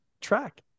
track